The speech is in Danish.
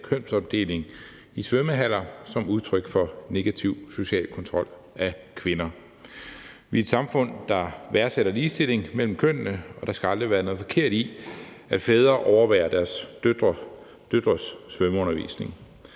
kønsopdeling i svømmehaller som udtryk for negativ social kontrol af kvinder. Vi er et samfund, der værdsætter ligestilling mellem kønnene, og der skal aldrig være noget forkert i, at fædre overværer deres døtres svømmeundervisning,